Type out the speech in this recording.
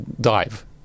dive